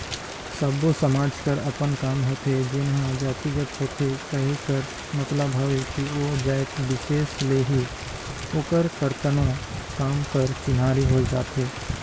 सब्बो समाज कर अपन काम होथे जेनहा जातिगत होथे कहे कर मतलब हवे कि ओ जाएत बिसेस ले ही ओकर करतनो काम कर चिन्हारी होए जाथे